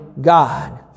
God